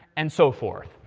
and so forth.